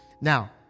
Now